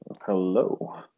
hello